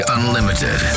Unlimited